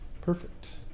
Perfect